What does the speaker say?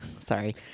sorry